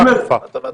הייתה אכיפה?